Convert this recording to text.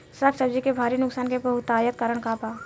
साग सब्जी के भारी नुकसान के बहुतायत कारण का बा?